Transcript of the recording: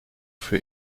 für